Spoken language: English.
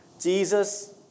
Jesus